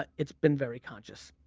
ah it's been very conscious.